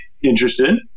interested